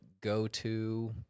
go-to